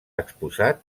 exposat